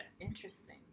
Interesting